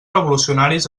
revolucionaris